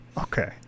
okay